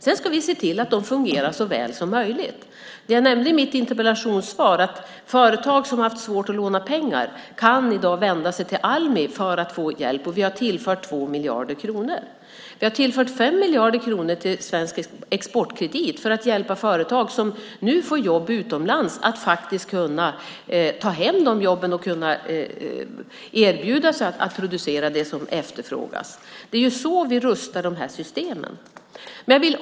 Sedan ska vi se till att de fungerar så väl som möjligt. Jag nämnde i mitt interpellationssvar att företag som har haft svårt att låna pengar i dag kan vända sig till Almi för att få hjälp, och vi har tillfört 2 miljarder kronor. Vi har tillfört 5 miljarder kronor till Svensk Exportkredit för att hjälpa företag som nu får jobb utomlands att kunna ta hem de jobben och erbjuda att producera det som efterfrågas. Det är så vi rustar systemen.